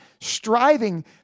striving